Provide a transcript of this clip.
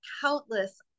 countless